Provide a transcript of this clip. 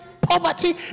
poverty